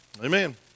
Amen